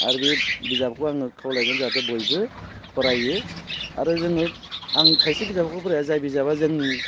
आरो बे बिजाबखौ आङो खावलायगोन जाहाथे बयबो फरायो आरो जोङो आं खायसे बिजाबफोरखौ फराया जाय बिजाबा जोंनि